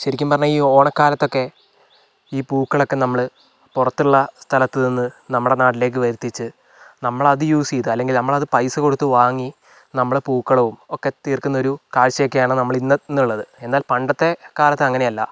ശെരിക്കും പറഞ്ഞാൽ ഈ ഓണക്കാലത്തൊക്കെ ഈ പൂക്കളൊക്കെ നമ്മള് പുറത്തുള്ള സ്ഥലത്തുനിന്ന് നമ്മുടെ നാട്ടിലേക്ക് വരുത്തിച്ച് നമ്മളത് യൂസ് ചെയ്ത് അല്ലെങ്കിൽ നമ്മളത് പൈസകൊടുത്ത് വാങ്ങി നമ്മള് പൂക്കളവും ഒക്കെ തീർക്കുന്നൊരു കാഴ്ച്ചയൊക്കെയാണ് നമ്മളിന്ന് ഇന്നുള്ളത് എന്നാൽ പണ്ടത്തെ കാലത്തങ്ങനെയല്ല